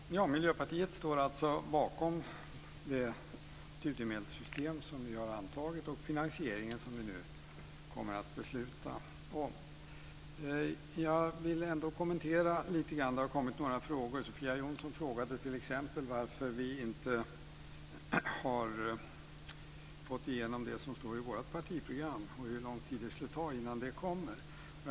Fru talman! Miljöpartiet står bakom det studiemedelssystem som vi har antagit och finansieringen av det, som vi kommer att besluta om. Jag vill ändå göra några kommentarer, och det har kommit några frågor. Sofia Jonsson frågade t.ex. varför vi inte har fått igenom det som står i vårt partiprogram och hur lång tid det tar innan det kommer.